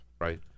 right